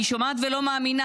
אני שומעת ולא מאמינה.